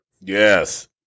Yes